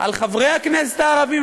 על חברי הכנסת הערבים.